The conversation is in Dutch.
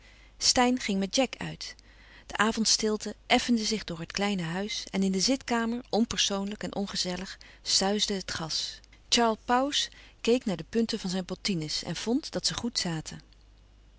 steyn ging met jack uit de avondstilte effende zich door het kleine huis en in de zitkamer onpersoonlijk en ongezellig suisde het gas charles pauws keek naar de punten van zijn bottines en vond dat ze goed zaten